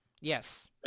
yes